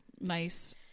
Nice